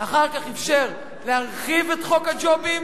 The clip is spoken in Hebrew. ואחר כך אפשר להרחיב את חוק הג'ובים.